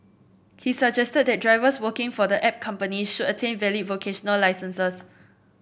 he suggested that drivers working for the app companies should attain valid vocational licences